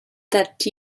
that